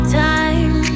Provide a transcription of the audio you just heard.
time